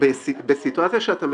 זה לא